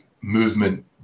movement